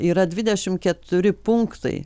yra dvidešim keturi punktai